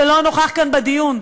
שלא נוכח כאן בדיון,